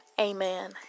Amen